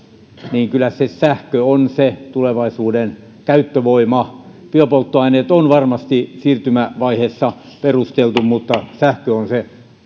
sähkö on se tulevaisuuden käyttövoima biopolttoaineet on varmasti siirtymävaiheessa perusteltu mutta sähkö on se